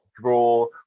draw